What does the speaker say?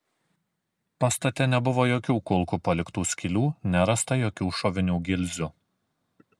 pastate nebuvo jokių kulkų paliktų skylių nerasta jokių šovinių gilzių